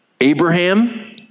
Abraham